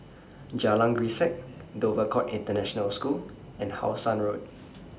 Jalan Grisek Dover Court International School and How Sun Road